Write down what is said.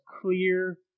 clear